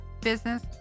business